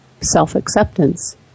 self-acceptance